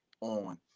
on